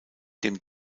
dem